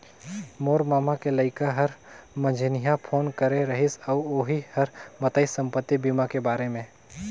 मोर ममा के लइका हर मंझिन्हा फोन करे रहिस अउ ओही हर बताइस संपति बीमा के बारे मे